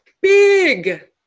big